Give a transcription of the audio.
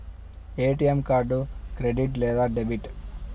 ATM card credit లేదా debit?